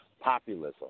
populism